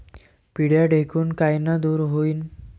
पिढ्या ढेकूण कायनं दूर होईन?